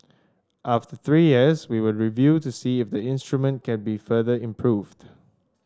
after three years we would review to see if the instrument can be further improved